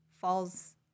falls